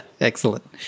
Excellent